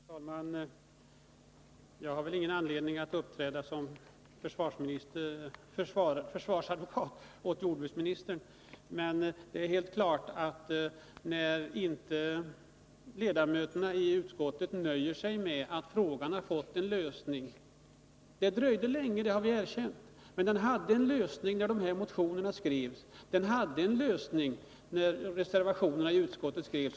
Herr talman! Jag har väl ingen anledning att uppträda som försvarsadvokat åt jordbruksministern, men det är helt klart att frågan hade en lösning— vi har erkänt att den dröjde länge — när motionerna skrevs och när reservationerna i utskottet skrevs.